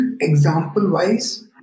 example-wise